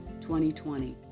2020